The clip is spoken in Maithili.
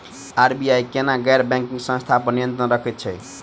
आर.बी.आई केना गैर बैंकिंग संस्था पर नियत्रंण राखैत छैक?